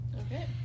Okay